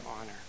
honor